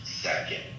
Second